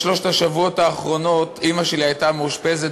בשלושת השבועות האחרונים אימא שלי הייתה מאושפזת